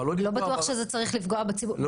אבל לא צריך לפגוע בציבור.